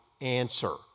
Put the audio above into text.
answer